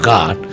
God